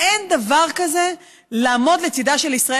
ואין דבר כזה לעמוד לצידה של ישראל,